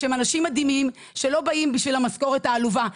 הם אנשים מדהימים שלא מגיעים בשביל המשכורת העלובה,